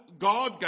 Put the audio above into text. God